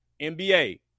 NBA